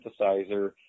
synthesizer